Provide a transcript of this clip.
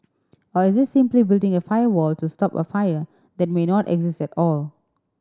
or is this simply building a firewall to stop a fire that may not exist at all